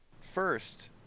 First